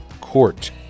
Court